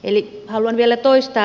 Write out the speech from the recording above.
eli haluan vielä toistaa